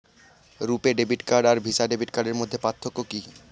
রূপে debit card আর Visa debit কার্ডের মধ্যে পার্থক্য কি?